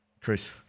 Chris